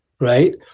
right